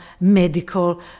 medical